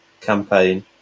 campaign